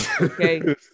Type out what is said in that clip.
Okay